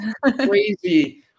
crazy